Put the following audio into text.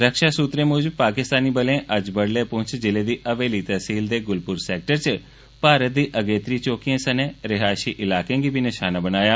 रक्षा सूत्रें मूजब पाकिस्तानी बलें अज्ज बड्डलै पुंछ जिले दी हवेली तैह्सील दे गुलपुर सैक्टर च भारत दी अगेत्री चौकिएं सनें रिहायषी इलाकें गी निषाना बनाया